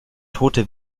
tote